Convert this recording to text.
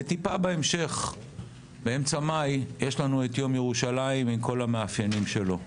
וטיפה בהמשך באמצע מאי יש לנו את יום ירושלים עם כל המאפיינים שלו,